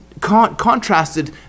contrasted